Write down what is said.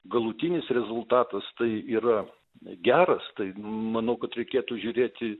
galutinis rezultatas tai yra geras tai manau kad reikėtų žiūrėti